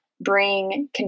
Bring